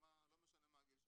לא משנה מה הגיל שלהם.